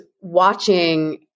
watching